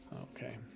okay